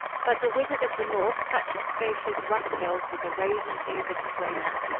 but the wizard of the north touched scotia's rough hills with the rosy hues of his romance.